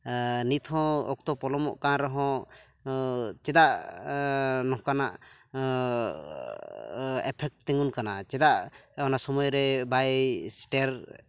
ᱱᱤᱛᱦᱚᱸ ᱚᱠᱛᱚ ᱯᱚᱞᱚᱢᱚᱜ ᱠᱟᱱ ᱨᱮᱦᱚᱸ ᱪᱮᱫᱟᱜ ᱱᱚᱠᱟᱱᱟᱜ ᱮᱯᱷᱮᱠᱴ ᱛᱤᱸᱜᱩᱱ ᱠᱟᱱᱟ ᱪᱮᱫᱟᱜ ᱚᱱᱟ ᱥᱚᱢᱚᱭᱨᱮ ᱵᱟᱭ ᱥᱮᱴᱮᱨ